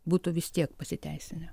būtų vis tiek pasiteisinę